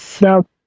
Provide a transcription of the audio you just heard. now